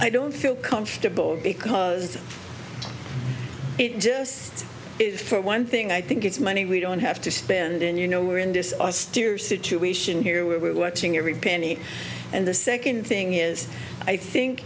i don't feel comfortable because it just for one thing i think it's money we don't have to spend in you know we're in this austere situation here where we're watching every penny and the second thing is i think